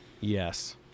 Yes